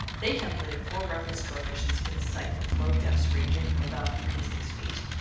they calculated four roughness coefficients for this site for flow depths ranging from about three to six feet.